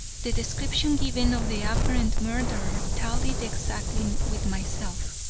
the description given of the apparent murderer tallied exactly with myself.